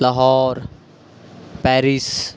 Lahore Paris